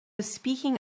speaking